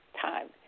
time